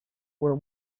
were